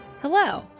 Hello